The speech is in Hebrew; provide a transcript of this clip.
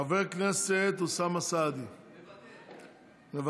חבר הכנסת אוסאמה סעדי, מוותר.